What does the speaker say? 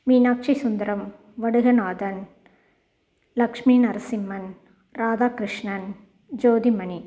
Meenakshi Sundaram Vadukanathan Lakshmi Narasimhan Radhakrishnan Jothimani